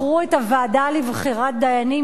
מכרו את הוועדה לבחירת דיינים,